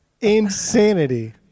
Insanity